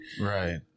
right